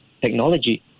technology